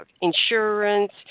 insurance